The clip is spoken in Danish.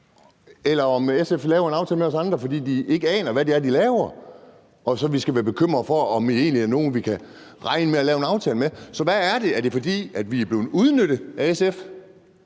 om, at SF laver en aftale med os andre, fordi de ikke aner, hvad det er, de laver, så vi skal være bekymret for, om SF egentlig er nogle, vi kan regne med at lave en aftale med. Så hvad er det? Er det, fordi vi er blevet udnyttet af SF,